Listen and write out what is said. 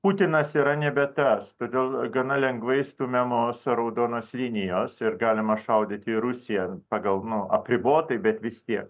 putinas yra nebe tas todėl gana lengvai stumiamos raudonos linijos ir galima šaudyt į rusiją pagal nu apribotai bet vis tiek